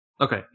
Okay